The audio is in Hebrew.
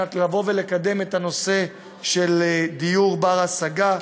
מנת לבוא ולקדם את הנושא של דיור בר-השגה,